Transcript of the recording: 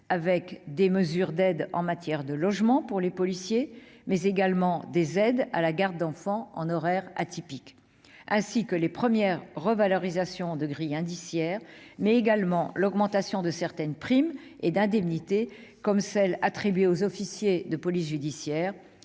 des mesures d'aide en matière de logement pour les policiers, mais également des aides à la garde d'enfants en horaires atypiques, les premières revalorisations de grilles indiciaires et l'augmentation de certaines primes et d'indemnités, comme la prime qui était attribuée aux officiers de police judiciaire,